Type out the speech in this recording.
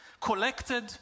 collected